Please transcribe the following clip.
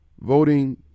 voting